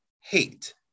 hate